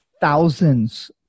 thousands